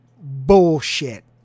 bullshit